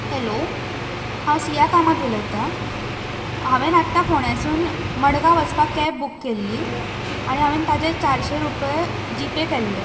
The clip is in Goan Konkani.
हॅलो हांव सिया कामत उलयतां हांवें आत्तां फोंड्यां सावन मडगांव वचपाक कॅब बूक केल्ली आनी हांवें ताचे चारशे रुपया जीपे केल्ले